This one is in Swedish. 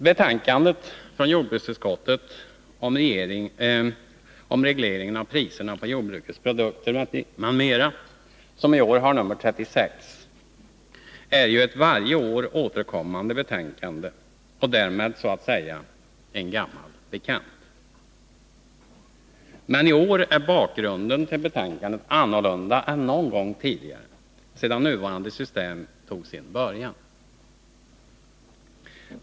Betänkandet från jordbruksutskottet om reglering av priserna på jordbrukets produkter m.m., som i år har nr. 36, är ett varje år återkommande betänkande och därmed så att säga en gammal bekant: Men i år är bakgrunden till betänkandet annorlunda än någon gång tidigare sedan nuvarande system tog sin början.